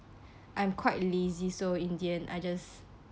i'm quite lazy so in the end I just